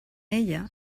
ella